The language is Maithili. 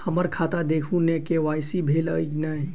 हम्मर खाता देखू नै के.वाई.सी भेल अई नै?